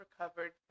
recovered